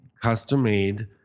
Custom-made